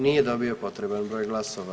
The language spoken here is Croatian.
Nije dobio potreban broj glasova.